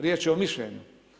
Riječ je o mišljenju.